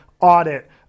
audit